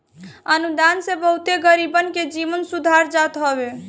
अनुदान से बहुते गरीबन के जीवन सुधार जात हवे